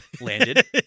landed